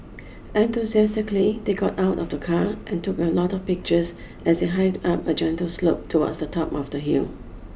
enthusiastically they got out of the car and took a lot of pictures as they hiked up a gentle slope towards the top of the hill